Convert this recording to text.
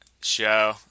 show